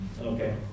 Okay